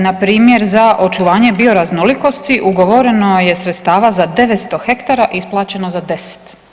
Npr. za očuvanje bioraznolikosti ugovoreno je sredstava za 900 ha, isplaćeno za 10.